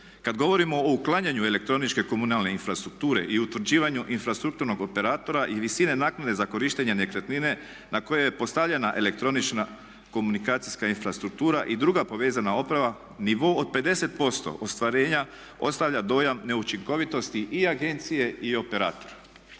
Kada govorimo o uklanjanju elektroničke komunalne infrastrukture i utvrđivanju infrastrukturnog operatora i visine naknade za korištenje nekretnine na koju je postavljena elektronička komunikacijska infrastruktura i druga povezana oprava nivo od 50% ostvarenja ostavlja dojam neučinkovitosti i agencije i operatora.